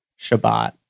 Shabbat